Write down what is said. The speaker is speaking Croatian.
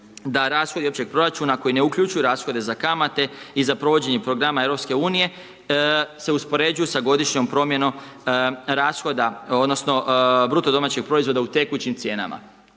da rashodi općeg proračuna koji ne uključuju rashode za kamate i za provođenje programa EU se uspoređuju sa godišnjom promjenom rashoda, odnosno BDP u tekućim cijenama.